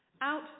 Out